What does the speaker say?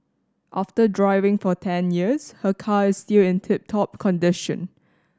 after driving for ten years her car is still in tip top condition